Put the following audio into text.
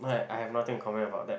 I I have nothing to comment about that